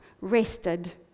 rested